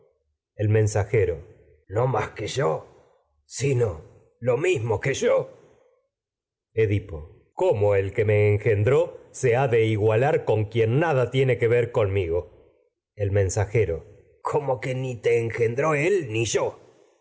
mismo mensajero no más que yo sino que yo edipo con cómo el que me engendró se ha de igualar quien nada tiene mensajero que ver conmigo que el ni como ni te engendró él yo